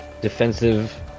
defensive